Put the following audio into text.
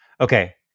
Okay